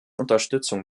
unterstützung